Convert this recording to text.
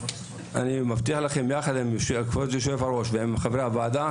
אני מבטיח לכם יחד עם כבוד יושב-ראש ועם חברי הוועדה,